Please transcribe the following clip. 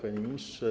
Panie Ministrze!